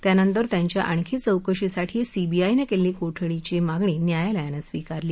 त्यानंतर त्यांच्या आणखी चौकशीसाठी सीबीआयनं कलिपी कोठडीची मागणी न्यायालयानं स्वीकारली